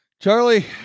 Charlie